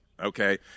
okay